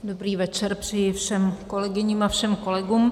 Dobrý večer přeji všem kolegyním a všem kolegům.